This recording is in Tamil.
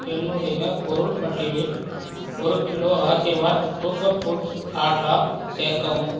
என்னுடைய பொருள் பட்டியலில் ஒரு கிலோ ஆஷிர்வாத் வ சூப்பர் ஃபுட்ஸ் ஆட்டா சேர்க்கவும்